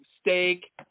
steak